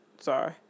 Sorry